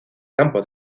campo